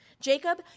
Jacob